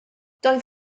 doedd